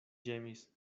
ĝemis